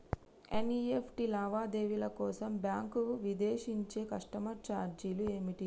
NEFT లావాదేవీల కోసం bank విధించే కస్టమర్ ఛార్జీలు ఏమిటి?